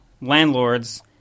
landlords